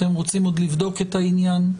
אתם רוצים עוד לבדוק את העניין?